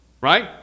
right